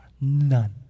none